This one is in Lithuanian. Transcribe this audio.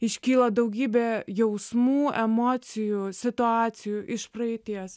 iškyla daugybė jausmų emocijų situacijų iš praeities